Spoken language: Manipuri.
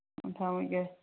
ꯎꯝ ꯊꯝꯃꯒꯦ